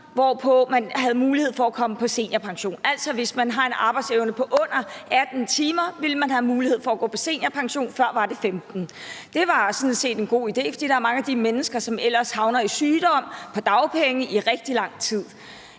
som gav mulighed for at komme på seniorpension, altså at man, hvis man havde en arbejdsevne på under 18 timer, ville have en mulighed for at gå på seniorpension; før var det 15 timer. Det var sådan set en god idé, fordi der er mange af de mennesker, som ellers havner i sygdom og på dagpenge i rigtig lang tid.